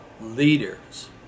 leaders